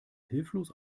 hilflos